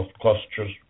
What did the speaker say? clusters